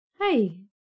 hey